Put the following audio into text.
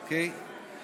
אוקיי.